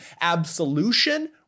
absolution